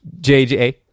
JJ